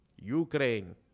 Ukraine